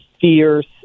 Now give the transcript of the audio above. fierce